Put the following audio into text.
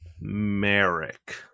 Merrick